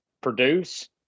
produce